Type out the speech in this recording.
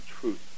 truth